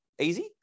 Easy